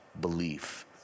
belief